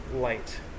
light